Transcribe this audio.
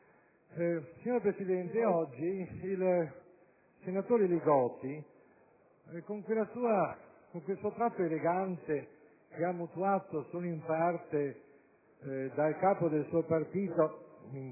Signor Presidente, oggi il senatore Li Gotti, con quel suo tratto elegante che ha mutuato solo in parte dal capo del suo partito